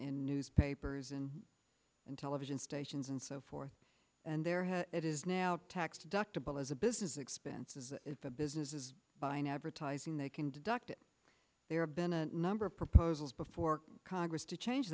in newspapers and in television station and so forth and there has it is now tax deductible as a business expense is the business is buying advertising they can deduct it there have been a number of proposals before congress to change